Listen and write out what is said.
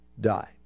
die